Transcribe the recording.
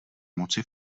moci